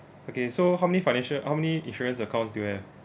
okay so how many financial how many insurance accounts do you have